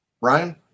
Ryan